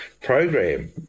program